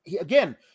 again